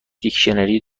دیکشنری